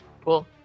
Cool